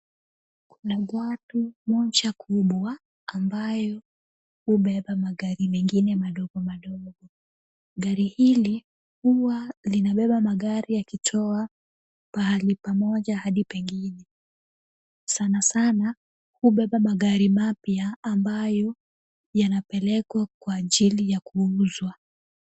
Kuna gari moja kubwa ambayo hubeba magari mengine madogo madogo. Gari hili huwa linabeba magari yakitoa pahali pamoja hadi pengine. Sana sana, hubeba magari mapya ambayo yanapelekwa kwa ajili ya kuuzwa.